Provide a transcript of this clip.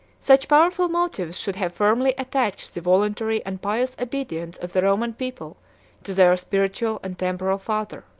such powerful motives should have firmly attached the voluntary and pious obedience of the roman people to their spiritual and temporal father.